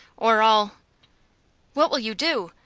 or i'll what will you do?